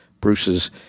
Bruce's